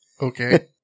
Okay